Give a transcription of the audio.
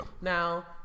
Now